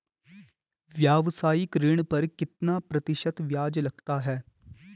व्यावसायिक ऋण पर कितना प्रतिशत ब्याज लगता है?